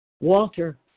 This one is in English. Walter